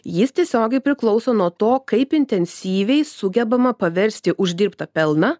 jis tiesiogiai priklauso nuo to kaip intensyviai sugebama paversti uždirbtą pelną